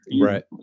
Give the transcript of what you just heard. right